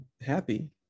happy